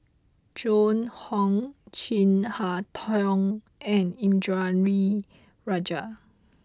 Joan Hon Chin Harn Tong and Indranee Rajah